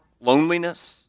loneliness